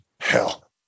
hell